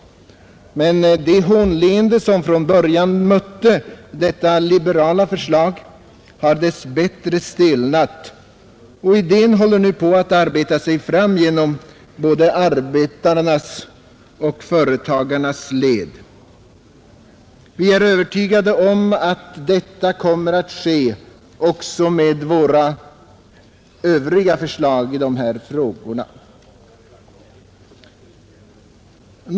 Men det hånleende som från början mötte detta liberala förslag har dess bättre stelnat och idén håller nu på att arbeta sig fram genom både arbetarnas och företagarnas led. Vi är övertygade om att detta kommer att ske också med våra övriga förslag i dessa frågor.